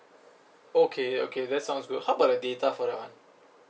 okay okay that sounds good how about the data for that one